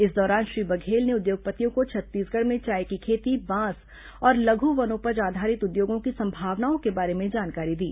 इस दौरान श्री बघेल ने उद्योगपतियों को छत्तीसगढ़ में चाय की खेती बांस और लघु वनोपज आधारित उद्योगों की संभावनाओं के बारे में जानकारी दी